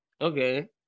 Okay